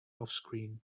offscreen